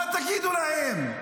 מה תגידו להם?